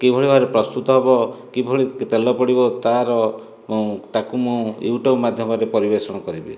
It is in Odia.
କିଭଳି ଭାବରେ ପ୍ରସ୍ତୁତ ହେବ କିଭଳି ତେଲ ପଡ଼ିବ ତାର ତାକୁ ମୁଁ ୟୁଟ୍ୟୁବ ମାଧ୍ୟମରେ ପରିବେଷଣ କରିବି